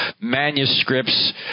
manuscripts